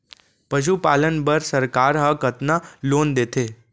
पशुपालन बर सरकार ह कतना लोन देथे?